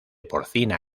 porcina